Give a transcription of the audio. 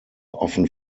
often